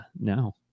now